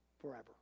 forever